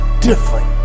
different